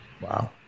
Wow